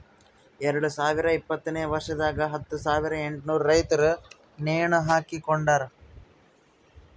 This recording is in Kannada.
ಎರಡು ಸಾವಿರ ಇಪ್ಪತ್ತನೆ ವರ್ಷದಾಗ್ ಹತ್ತು ಸಾವಿರ ಎಂಟನೂರು ರೈತುರ್ ನೇಣ ಹಾಕೊಂಡಾರ್